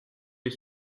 les